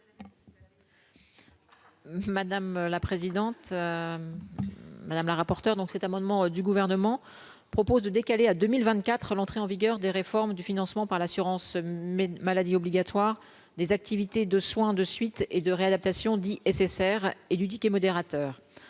Madame la présidente, madame la rapporteure donc cet amendement du gouvernement. Propose de décaler à 2024 l'entrée en vigueur des réformes du financement par l'assurance maladie obligatoire des activités de soins de suite et de réadaptation dit SSR et du ticket modérateur,